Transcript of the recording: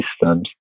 systems